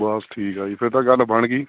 ਬਸ ਠੀਕ ਆ ਜੀ ਫਿਰ ਤਾਂ ਗੱਲ ਬਣ ਗਈ